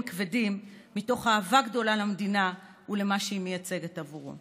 כבדים מתוך אהבה גדולה למדינה ולמה שהיא מייצגת עבורו,